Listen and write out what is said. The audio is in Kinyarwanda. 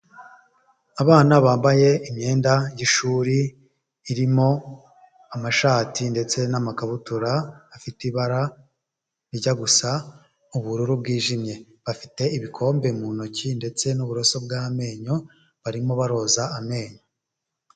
Abana bambaye imyenda y'ishuri irimo amashati ndetse n'amakabutura, afite ibara rijya gusa ubururu bwijimye, afite ibikombe mu ntoki ndetse n'uburoso bw'amenyo barimo baroza amenyo.